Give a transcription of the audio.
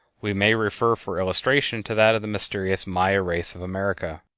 we may refer for illustration to that of the mysterious maya race of america.